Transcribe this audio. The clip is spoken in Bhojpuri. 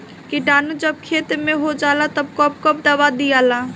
किटानु जब खेत मे होजाला तब कब कब दावा दिया?